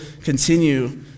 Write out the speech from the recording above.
continue